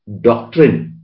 doctrine